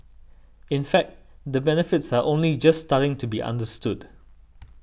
in fact the benefits are only just starting to be understood